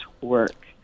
work